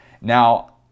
now